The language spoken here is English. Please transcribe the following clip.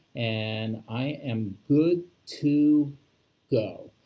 and i am good to go.